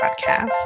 Podcast